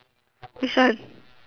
which one